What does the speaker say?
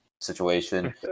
situation